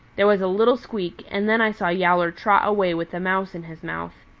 there was a little squeak, and then i saw yowler trot away with a mouse in his mouth.